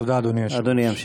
אדוני ימשיך.